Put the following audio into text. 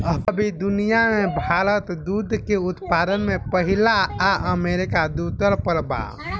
अभी दुनिया में भारत दूध के उत्पादन में पहिला आ अमरीका दूसर पर बा